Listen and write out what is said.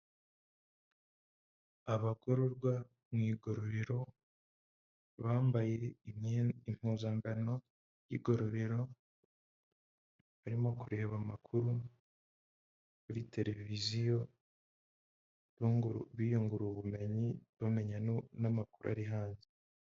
Abagororwa mu igororero bambaye impuzangano y'igororero barimo kureba amakuru kuri televiziyo biyungura ubumenyi bamenya n'amakuru ari hanze.